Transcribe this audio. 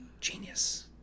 Genius